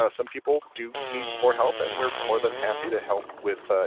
ah some people do need more help and we're more than happy to help with, ah